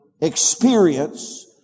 experience